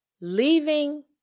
Leaving